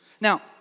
Now